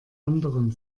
anderen